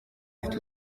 afite